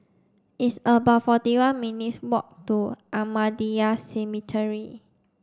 it's about forty one minutes' walk to Ahmadiyya Cemetery